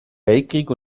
weltkrieg